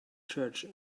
church